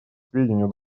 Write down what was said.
сведению